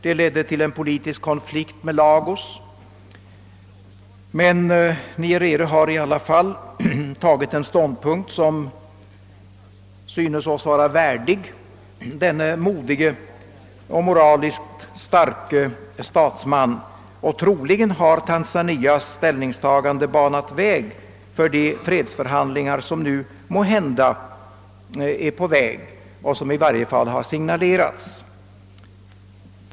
Det ledde till en politisk konflikt med Lagos, men Nyerere har i alla fall intagit en ståndpunkt som synes oss vara värdig denne modige och moraliskt starke statsman. Troligen har Tanzanias ställningstagande banat väg för de fredsförhandlingar som nu måhända är på väg och som i varje fall har signalerats.